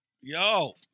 Yo